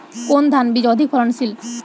কোন ধানের বীজ অধিক ফলনশীল?